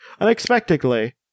Unexpectedly-